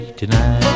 tonight